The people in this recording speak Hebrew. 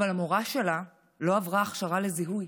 אבל המורה שלה לא עברה הכשרה לזיהוי